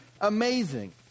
amazing